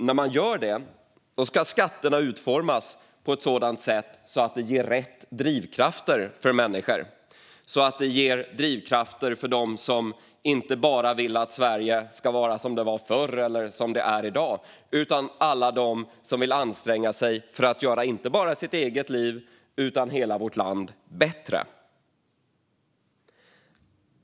När man gör det ska skatterna utformas på ett sådant sätt att de ger rätt drivkrafter för människor, så att de ger drivkrafter för dem som inte bara vill att Sverige ska vara som det var förr eller som det är i dag, utan för alla dem som vill anstränga sig för att göra inte bara sitt eget liv utan hela vårt land bättre.